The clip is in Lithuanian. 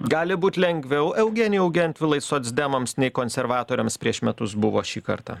gali būt lengviau eugenijau gentvilai socdemams nei konservatoriams prieš metus buvo šį kartą